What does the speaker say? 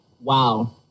Wow